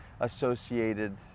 associated